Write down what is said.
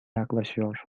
yaklaşıyor